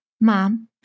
mom